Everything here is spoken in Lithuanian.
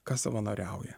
kas savanoriauja